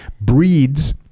breeds